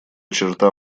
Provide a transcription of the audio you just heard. черта